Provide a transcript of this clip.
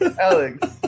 Alex